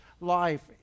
life